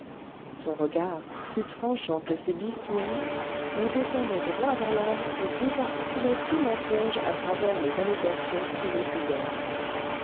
son regard plus tranchant que ses bistouris vous descendait droit dans l'âme et désarticulait tout mensonge à travers les allégations et les pudeurs